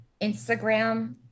instagram